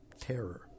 terror